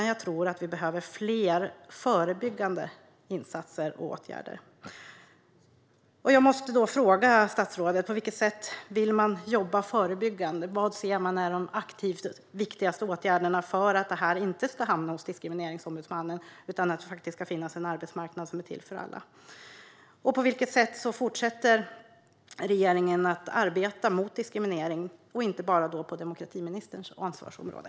Jag tror att vi behöver fler förebyggande insatser och åtgärder. Jag måste då fråga statsrådet: På vilket sätt vill man jobba förebyggande? Vilka är de viktigaste åtgärderna för att detta inte ska hamna hos Diskrimineringsombudsmannen utan att det faktiskt ska finnas en arbetsmarknad som är till för alla? På vilket sätt fortsätter regeringen att arbeta mot diskriminering - inte bara på demokratiministerns ansvarsområde?